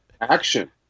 action